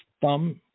thumb